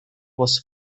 was